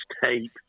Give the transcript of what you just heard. tape